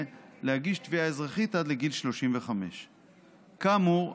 להגיש תביעה אזרחית עד לגיל 35. כאמור,